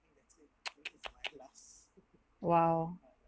!wow!